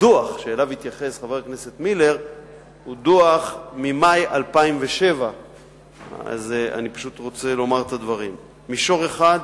שאליו התייחס חבר הכנסת מילר הוא דוח ממאי 2007. מישור אחד,